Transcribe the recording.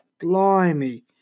Blimey